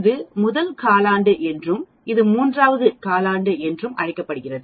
இது முதல் காலாண்டு என்றும் இது மூன்றாவது காலாண்டு என்றும் அழைக்கப்படுகிறது